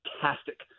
fantastic